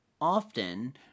Often